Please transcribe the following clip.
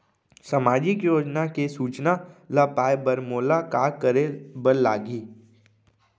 सामाजिक योजना के सूचना ल पाए बर मोला का करे बर लागही?